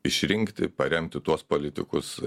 išrinkti paremti tuos politikus